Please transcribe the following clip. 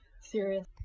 Serious